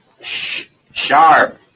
Sharp